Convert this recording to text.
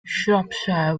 shropshire